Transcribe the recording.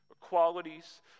Qualities